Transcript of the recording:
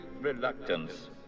reluctance